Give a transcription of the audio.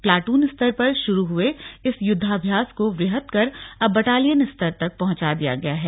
प्लाट्रन स्तर पर शुरू हुए इस युद्धाभ्यास को वुहद कर अब बटालियन स्तर पहुंचा दिया गया है